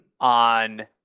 on